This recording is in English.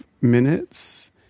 minutes